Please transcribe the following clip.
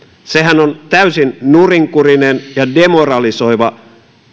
sehän on täysin nurinkurinen ja demoralisoiva